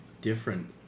different